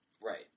Right